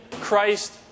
Christ